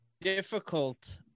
difficult